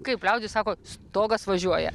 kaip liaudis sako stogas važiuoja